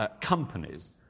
companies